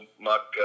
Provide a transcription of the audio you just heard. muck